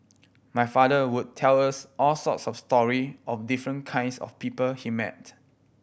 my father would tell us all sorts of story of the different kinds of people he met